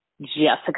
Jessica